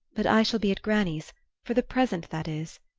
but i shall be at granny's for the present that is,